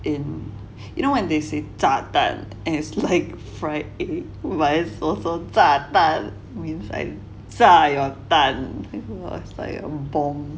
in you know when they said 炸弹 and it's like fried egg but it's also 炸蛋 mean like 炸 your 蛋 like a bomb